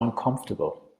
uncomfortable